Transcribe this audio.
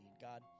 God